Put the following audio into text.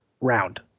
round